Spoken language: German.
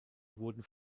wurden